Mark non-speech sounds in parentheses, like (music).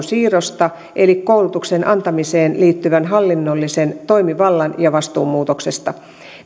(unintelligible) siirrosta eli koulutuksen antamiseen liittyvän hallinnollisen toimivallan ja vastuun muutoksesta